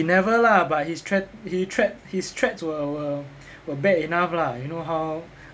he never lah but his threa~ he threa~ his threats were were were bad enough lah you know how